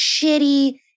shitty